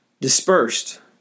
dispersed